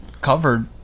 covered